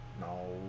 No